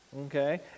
okay